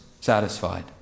satisfied